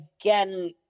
Again